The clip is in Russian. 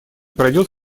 пройдет